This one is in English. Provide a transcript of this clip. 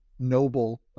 noble